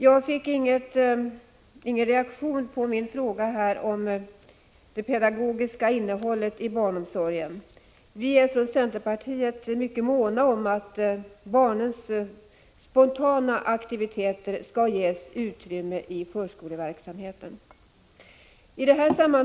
Jag fick ingen reaktion på min fråga om det pedagogiska innehållet i barnomsorgen. Vi är från centerpartiets sida mycket måna om att barnens spontana aktiviteter skall ges utrymme i förskoleverksamheten.